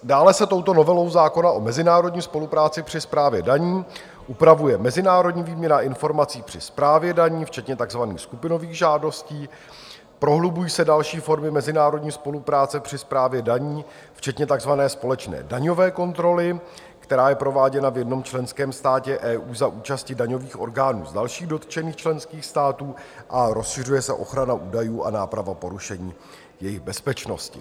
Dále se touto novelou zákona o mezinárodní spolupráci při správě daní upravuje mezinárodní výměna informací při správě daní včetně takzvaných skupinových žádostí, prohlubují se další formy mezinárodní spolupráce při správě daní včetně takzvané společné daňové kontroly, která je prováděna v jednom členském státě EU za účasti daňových orgánů dalších dotčených členských států, a rozšiřuje se ochrana údajů a náprava porušení jejich bezpečnosti.